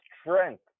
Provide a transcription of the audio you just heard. strength